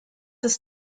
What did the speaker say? ist